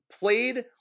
Played